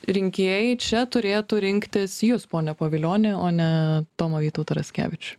rinkėjai čia turėtų rinktis jus pone pavilioni o ne tomą vytautą raškevičių